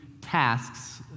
tasks